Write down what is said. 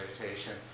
meditation